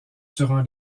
durant